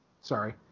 Sorry